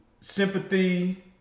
sympathy